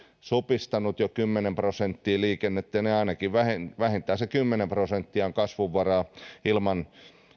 supistanut jo kymmenen prosenttia liikennettä ja vähintään se kymmenen prosenttia on kasvunvaraa ilman